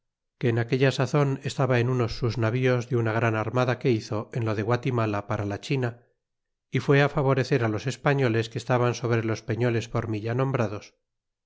que en aquella sazon estaba en unos sus navíos de una gran armada que hizo en lo de guatimala para la china y fué favorecer los españoles que estaban sobre los peñoles por mí ya nombrados